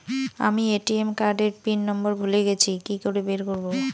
আমি ATM card এর pin number ভুলে গেছি কি করে বের করব?